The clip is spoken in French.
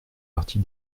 partie